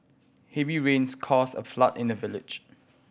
heavy rains caused a flood in the village